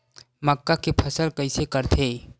मक्का के फसल कइसे करथे?